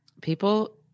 People